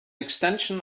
extension